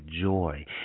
joy